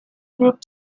group